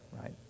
right